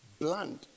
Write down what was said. bland